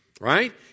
Right